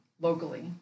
locally